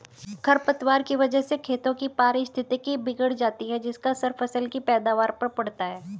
खरपतवार की वजह से खेतों की पारिस्थितिकी बिगड़ जाती है जिसका असर फसल की पैदावार पर पड़ता है